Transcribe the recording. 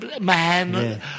man